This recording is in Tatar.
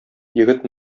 егет